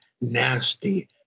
nasty